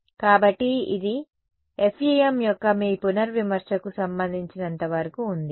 కాబట్టి ఇది FEM యొక్క మీ పునర్విమర్శకు సంబంధించినంత వరకు ఉంది